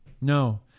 No